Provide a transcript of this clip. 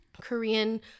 korean